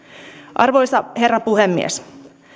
arvoisa herra puhemies